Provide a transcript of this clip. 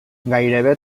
gairebé